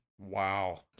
Wow